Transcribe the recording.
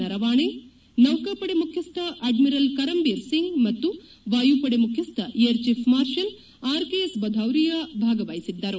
ನರವಾಣೆ ನೌಕಾಪಡೆ ಮುಖ್ಯಸ್ಥ ಅಡ್ನಿರಲ್ ಕರಂಬೀರ್ ಸಿಂಗ್ ಮತ್ತು ವಾಯುಪಡೆ ಮುಖ್ಯಸ್ವ ಏರ್ಚೀಪ್ ಮಾರ್ಷಲ್ ಆರ್ಕೆಎಸ್ ಭದೌರಿಯಾ ಭಾಗವಹಿಸಿದ್ದರು